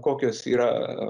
kokios yra